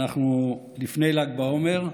אנחנו לפני ל"ג בעומר,